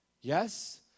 Yes